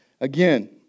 Again